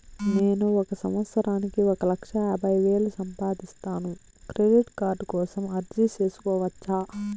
నేను ఒక సంవత్సరానికి ఒక లక్ష యాభై వేలు సంపాదిస్తాను, క్రెడిట్ కార్డు కోసం అర్జీ సేసుకోవచ్చా?